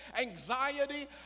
anxiety